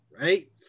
Right